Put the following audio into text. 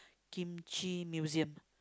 kimchi museum